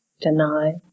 deny